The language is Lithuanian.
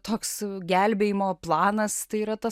toks gelbėjimo planas tai yra tas